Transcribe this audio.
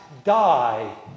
Die